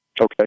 Okay